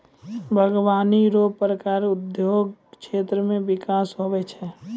बागवानी रो प्रकार उद्योग क्षेत्र मे बिकास हुवै छै